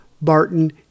Barton